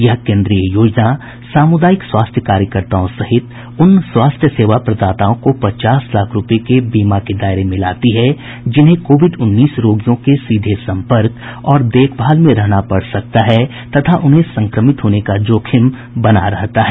यह केंद्रीय योजना सामुदायिक स्वास्थ्य कार्यकर्ताओं सहित उन स्वास्थ्य सेवा प्रदाताओं को पचास लाख रुपये के बीमा के दायरे में लाती है जिन्हें कोविड उन्नीस रोगियों के सीधे संपर्क और देखभाल में रहना पड़ सकता है तथा उन्हें संक्रमित होने का जोखिम बना रहता है